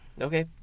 Okay